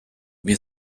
wir